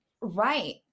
Right